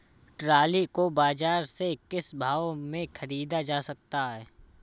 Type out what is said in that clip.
Trolley को बाजार से किस भाव में ख़रीदा जा सकता है?